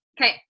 Okay